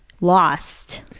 lost